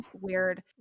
weird